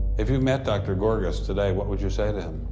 if you met dr. gorgass today, what would you say to